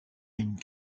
une